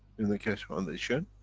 in the keshe foundation,